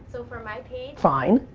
so for my page fine.